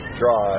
draw